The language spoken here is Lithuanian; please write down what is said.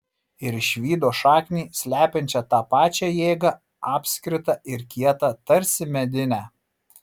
ir išvydo šaknį slepiančią tą pačią jėgą apskritą ir kietą tarsi medinę